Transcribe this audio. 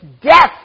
death